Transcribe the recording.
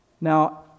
Now